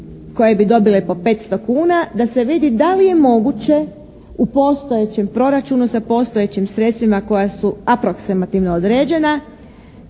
koja bi dobile po 500 kuna da se vidi da li je moguće u postojećem proračunu sa postojećim sredstvima koja su aproksimativno određena